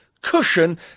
cushion